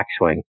backswing